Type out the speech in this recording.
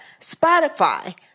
Spotify